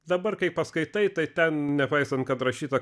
dabar kai paskaitai tai ten nepaisant kad rašyta